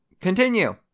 Continue